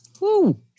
Woo